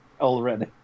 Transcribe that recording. already